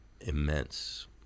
immense